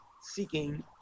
seeking